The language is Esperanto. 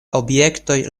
objektoj